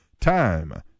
Time